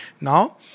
Now